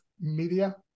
media